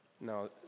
No